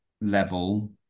level